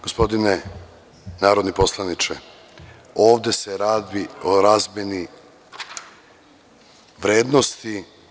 Gospodine narodni poslaniče, ovde se radi o razmeni vrednosti.